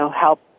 help